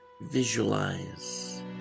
Visualize